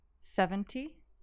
Seventy